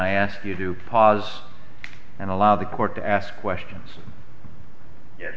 i ask you do pause and allow the court to ask questions ye